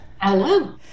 Hello